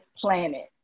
planet